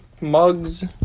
mugs